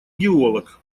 геолог